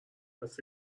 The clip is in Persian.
مثل